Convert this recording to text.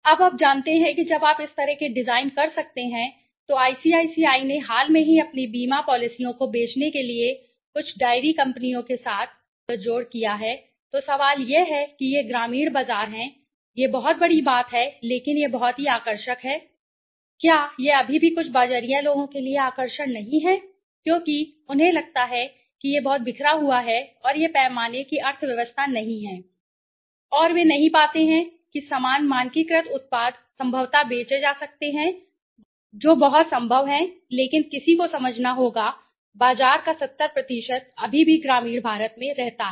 और आप जानते हैं कि जब आप इस तरह के डिज़ाइन कर सकते हैं तो आईसीआईसीआई ने हाल ही में अपनी बीमा पॉलिसियों को बेचने के लिए कुछ डायरी कंपनियों के साथ गठजोड़ किया है तो सवाल यह है कि यह ग्रामीण बाजार है यह बहुत बड़ी बात है लेकिन यह बहुत ही आकर्षक है क्या यह अभी भी कुछ बाज़ारिया लोगों के लिए आकर्षक नहीं है क्योंकि उन्हें लगता है कि यह बहुत बिखरा हुआ है और यह पैमाने की अर्थव्यवस्था नहीं है और वे नहीं पाते हैं कि समान मानकीकृत उत्पाद संभवतः बेचे जा सकते हैं जो बहुत संभव है लेकिन किसी को समझना होगा बाजार का 70 अभी भी ग्रामीण भारत में रहता है